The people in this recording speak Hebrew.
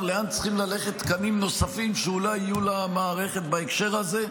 לאן צריכים ללכת תקנים נוספים שאולי יהיו למערכת בהקשר הזה.